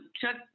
Chuck